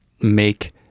make